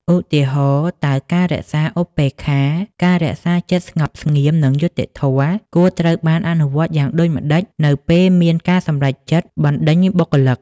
ឧទាហរណ៍ តើការអនុវត្ត ឧបេក្ខា ការរក្សាចិត្តស្ងប់ស្ងៀម និងយុត្តិធម៌ គួរត្រូវបានអនុវត្តយ៉ាងដូចម្ដេចនៅពេលមានការសម្រេចចិត្តបណ្ដេញបុគ្គលិក?